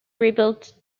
rebuilt